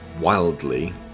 wildly